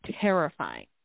terrifying